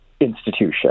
institution